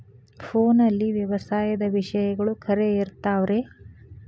ಫೋನಲ್ಲಿ ವ್ಯವಸಾಯದ ವಿಷಯಗಳು ಖರೇ ಇರತಾವ್ ರೇ?